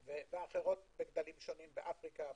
אחרות בגדלים שונים באפריקה וכו'.